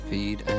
Feed